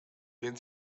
wenn